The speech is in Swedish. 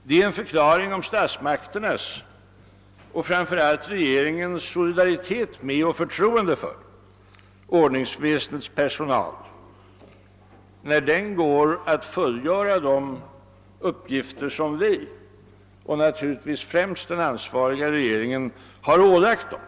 Det är en förklaring om statsmakternas och framför allt regeringens solidaritet med och förtroende för ordningsväsendets personal när den går att fullgöra de uppgifter som vi och naturligtvis främst den ansvariga regeringen har ålagt dem.